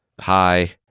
Hi